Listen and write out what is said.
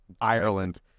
ireland